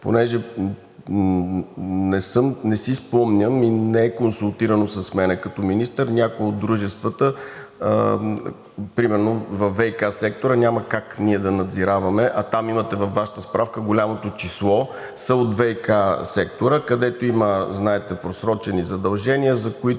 Понеже не си спомням и не е консултирано с мен като министър, някои от дружествата, примерно във ВиК сектора няма как ние да надзираваме, а там имате във Вашата справка. Голямото число са от ВиК сектора, където има, знаете, просрочени задължения, за които